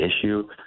issue